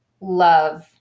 love